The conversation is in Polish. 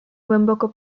głęboko